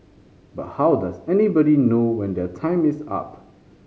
but how does anybody know when their time is up